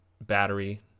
battery